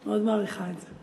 אני מאוד מעריכה את זה.